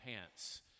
pants